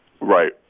Right